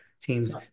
teams